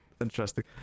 Interesting